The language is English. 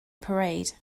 parade